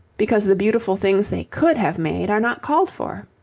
because the beautiful things they could have made are not called for.